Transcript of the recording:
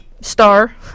star